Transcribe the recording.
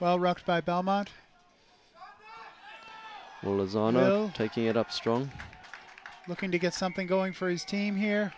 well rocked by belmont well as on taking it up strong looking to get something going for his team here